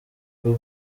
rwo